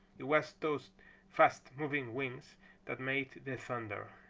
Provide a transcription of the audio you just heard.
it was those fast moving wings that made the thunder.